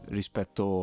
rispetto